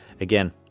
again